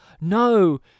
no